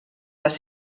les